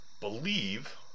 believe